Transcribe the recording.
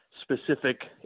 specific